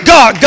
God